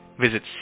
Visit